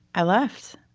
i left